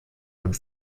und